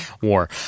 War